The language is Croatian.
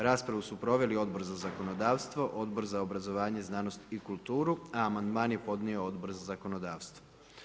Raspravu su proveli Odbor za zakonodavstvo, Odbor za obrazovanje, znanost i kulturu, a amandman je podnio Odbor za zakonodavstvo.